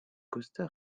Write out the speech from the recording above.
costa